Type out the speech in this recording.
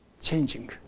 changing